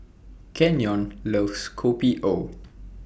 Kenyon loves Kopi O